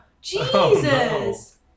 Jesus